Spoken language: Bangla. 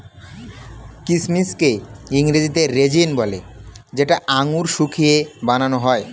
কিচমিচকে ইংরেজিতে রেজিন বলে যেটা আঙুর শুকিয়ে বানান হয়